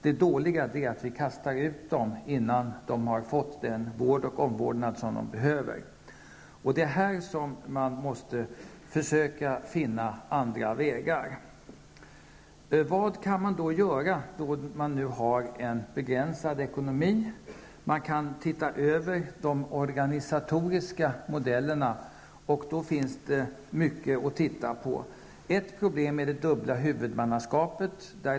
Det dåliga är att vi kastar ut dem innan de har fått den vård och den omvårdnad som de behöver. Det är här som man måste försöka finna andra vägar. Vad kan man då göra, när man har en begränsad ekonomi? Man kan studera de organisatoriska modellerna, och här finns det mycket att titta på. Ett problem är det dubbla huvudmannaskapet.